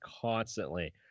constantly